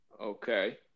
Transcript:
Okay